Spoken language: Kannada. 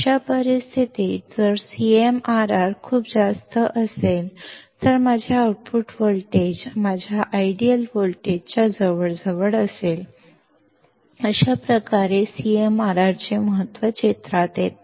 ಆದ್ದರಿಂದ ಆ ಸಂದರ್ಭದಲ್ಲಿ CMRR ಅತಿ ಹೆಚ್ಚು ಇದ್ದರೆ ನನ್ನ ಔಟ್ಪುಟ್ ವೋಲ್ಟೇಜ್ ನನ್ನ ಐಡಿಯಲ್ ವೋಲ್ಟೇಜ್ಗೆ ಹತ್ತಿರದಲ್ಲಿದೆ ಮತ್ತು ಆದ್ದರಿಂದ CMRR ನ ಮಹತ್ವವು ಚಿತ್ರಕ್ಕೆ ಬರುತ್ತದೆ